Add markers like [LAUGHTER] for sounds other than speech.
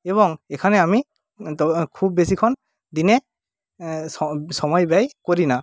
এবং এখানে আমি [UNINTELLIGIBLE] খুব বেশিক্ষণ দিনে সময় ব্যয় করি না